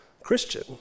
Christian